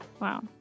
Wow